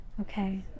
Okay